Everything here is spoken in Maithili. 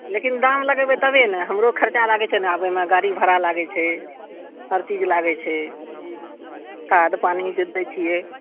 लेकिन दाम लगेबय तबे ने हमरो खर्चा लागय छै ने आबयमे गाड़ी भारा लागय छै हर चीज लागय छै खाद पानि जे दै छियै